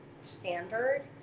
standard